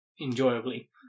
enjoyably